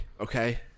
okay